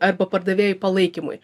arba pardavėjų palaikymui